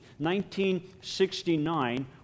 1969